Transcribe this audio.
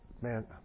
Man